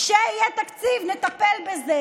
כשיהיה תקציב נטפל בזה.